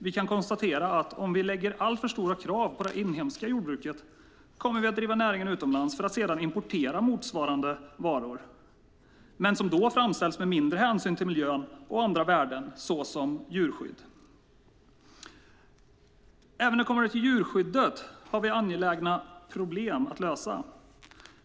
Vi kan konstatera att om vi ställer alltför stora krav på det inhemska jordbruket kommer vi att driva näringen utomlands för att sedan få importera motsvarande varor men som då framställts med mindre hänsyn till miljö och andra värden, såsom djurskydd. Även när det kommer till djurskyddet har vi angelägna problem att lösa.